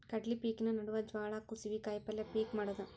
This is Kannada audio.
ಕಡ್ಲಿ ಪಿಕಿನ ನಡುವ ಜ್ವಾಳಾ, ಕುಸಿಬಿ, ಕಾಯಪಲ್ಯ ಪಿಕ್ ಮಾಡುದ